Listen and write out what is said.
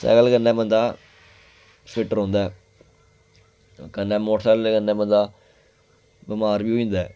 cycle कन्नै बंदा fit रौंह्दा कन्नै मोटरसैकल कन्नै बंदा बमार बी होई जंदा ऐ